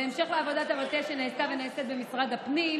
בהמשך לעבודת המטה שנעשתה ונעשית במשרד הפנים,